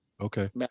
Okay